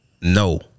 no